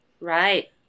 Right